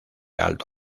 alto